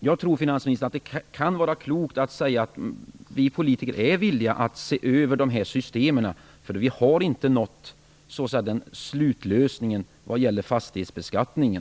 Jag tror, finansministern, att det kan vara klokt att säga: Vi politiker är villiga att se över dessa system. Vi har inte nått slutlösningen vad gäller fastighetsbeskattningen.